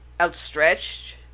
outstretched